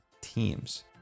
teams